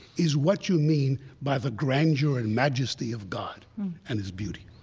is what you mean by the grandeur and majesty of god and his beauty